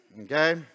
okay